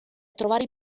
trovare